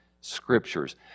scriptures